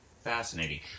Fascinating